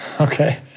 Okay